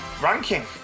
Ranking